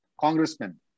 congressman